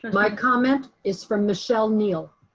my comment is from michelle neal.